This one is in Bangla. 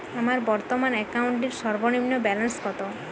আমার বর্তমান অ্যাকাউন্টের সর্বনিম্ন ব্যালেন্স কত?